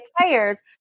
players